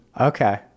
Okay